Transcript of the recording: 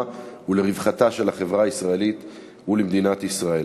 ולרווחתה של החברה הישראלית ולמדינת ישראל.